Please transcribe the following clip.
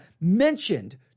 mentioned